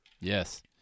Yes